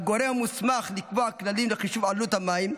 הגורם המוסמך לקבוע כללים לחישוב עלות המים,